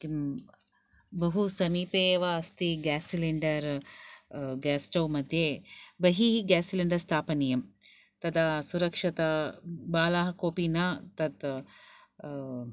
किं बहु समीपे एव अस्ति ग्यास् सिलेण्डर् ग्यास् स्टौ मध्ये बहिः ग्यास् सिलेण्डर् स्थापनीयं तदा सुरक्षता बालाः कोऽपि न तत्